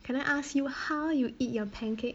can I ask you how you eat your pancake